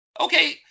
okay